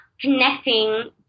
connecting